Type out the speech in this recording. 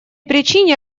причине